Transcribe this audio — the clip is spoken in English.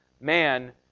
man